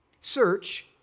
Search